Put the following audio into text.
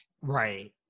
Right